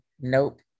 nope